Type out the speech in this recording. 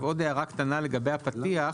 עוד הערה קטנה לגבי הפתיח,